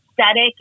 aesthetic